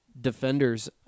defenders